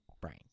brain